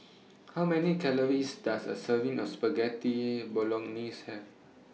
How Many Calories Does A Serving of Spaghetti Bolognese Have